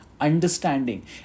understanding